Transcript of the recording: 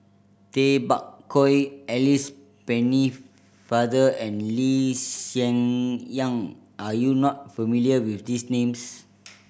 Tay Bak Koi Alice Pennefather and Lee Hsien Yang are you not familiar with these names